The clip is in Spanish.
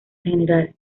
general